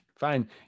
Fine